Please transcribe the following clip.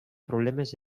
problemes